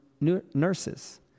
nurses